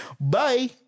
Bye